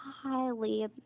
highly